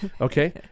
Okay